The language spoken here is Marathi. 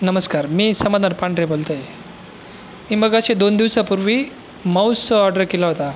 नमस्कार मी समाधान पांढरे बोलत आहे मी मगाशी दोन दिवसापूर्वी माऊस ऑर्डर केला होता